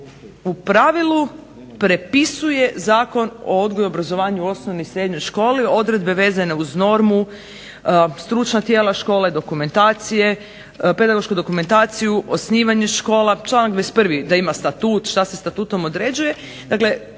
u pravilu prepisuje Zakon o odgoju i obrazovanju u osnovnoj i srednjoj školi, odredbe vezane uz normu, stručna tijela škole, dokumentacije, pedagošku dokumentaciju, osnivanje škola. Članak 21. – da ima statut, što se statutom određuje.